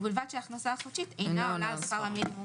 ובלבד שההכנסה החודשית אינה עולה על שכר המינימום